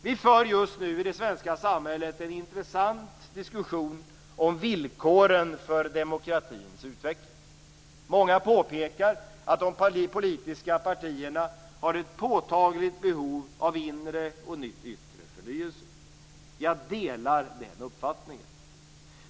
Vi för just nu i det svenska samhället en intressant diskussion om villkoren för demokratins utveckling. Många påpekar att de politiska partierna har ett påtagligt behov av inre och yttre förnyelse. Jag delar den uppfattningen.